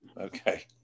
Okay